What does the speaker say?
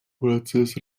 процесс